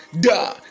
da